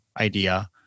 idea